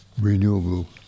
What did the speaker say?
renewable